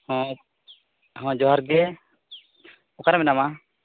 ᱦᱚᱸ ᱦᱚᱸ ᱡᱚᱦᱟᱨ ᱜᱮ ᱚᱠᱟᱨᱮ ᱢᱮᱱᱟᱢᱟ